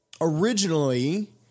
Originally